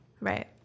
Right